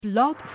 Blog